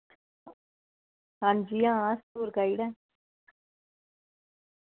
हां जी हां टूर गाइड ऐ